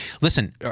Listen